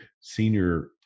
senior